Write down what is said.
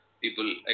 people